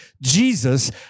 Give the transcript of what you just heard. Jesus